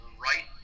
right